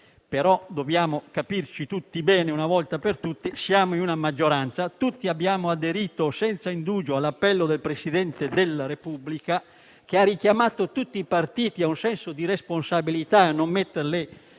però dobbiamo capirci tutti bene una volta per tutte. Siamo in una maggioranza e tutti abbiamo aderito senza indugio all'appello del Presidente della Repubblica, che ha richiamato tutti i partiti a un senso di responsabilità e a non mettere